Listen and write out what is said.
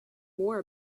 more